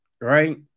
right